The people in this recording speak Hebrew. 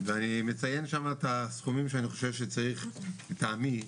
ואני מציין שם את הסכומים שאני חושב שצריך, לטעמי,